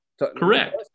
Correct